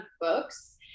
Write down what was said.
books